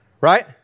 right